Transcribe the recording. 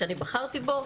שאני בחרתי בו,